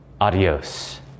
Adios